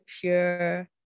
pure